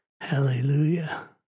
Hallelujah